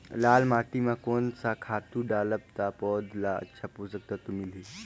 लाल माटी मां कोन सा खातु डालब ता पौध ला अच्छा पोषक तत्व मिलही?